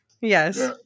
Yes